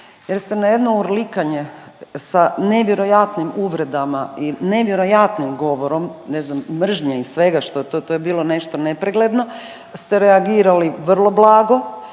jer ste na jedno urlikanjem sa nevjerojatnim uvredama i nevjerojatnim govorom, ne znam mržnje i svega što, to je bilo nešto nepregledno ste reagirali vrlo blago.